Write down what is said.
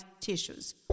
tissues